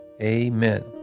amen